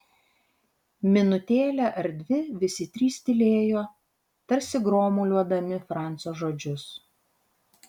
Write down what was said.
minutėlę ar dvi visi trys tylėjo tarsi gromuliuodami francio žodžius